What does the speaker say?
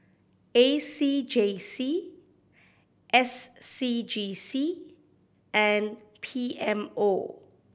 A C J C S C G C and P M O